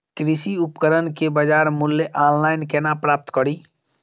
कृषि उपकरण केँ बजार मूल्य ऑनलाइन केना प्राप्त कड़ी?